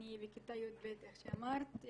אני בכיתה י"ב כמו שאמרת,